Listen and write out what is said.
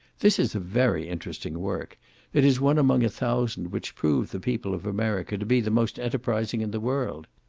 this is a very interesting work it is one among a thousand which prove the people of america to be the most enterprising in the world.